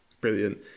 Brilliant